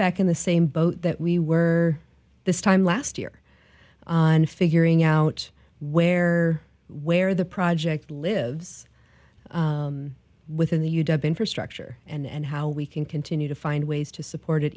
back in the same boat that we were this time last year on figuring out where where the project lives within the you deb infrastructure and how we can continue to find ways to support it